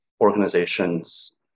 organizations